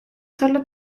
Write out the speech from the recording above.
solo